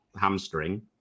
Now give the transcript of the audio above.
hamstring